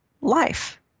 life